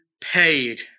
paid